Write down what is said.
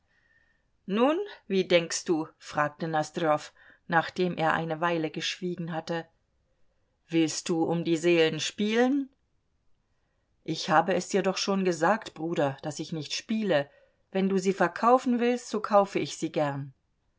nun wie denkst du fragte nosdrjow nachdem er eine weile geschwiegen hatte willst du um die seelen spielen ich habe es dir doch schon gesagt bruder daß ich nicht spiele wenn du sie verkaufen willst so kaufe ich sie gern